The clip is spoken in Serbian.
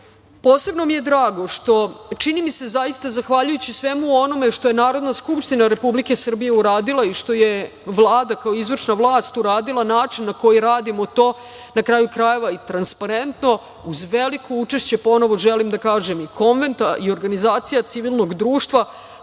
Posebno mi je drago što, čini mi se, zaista, zahvaljujući svemu onome što je Narodna skupština Republike Srbije uradila i što je Vlada kao izvršna vlast uradila, način na koji radimo to, na kraju krajeva i transparentno, uz veliko učešće, ponovo želim da kažem i Konventa i organizacija civilnog društva,